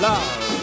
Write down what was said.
Love